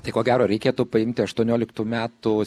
tai ko gero reikėtų paimti aštuonioliktų metų